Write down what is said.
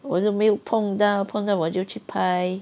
我都没有碰到碰到我就去拍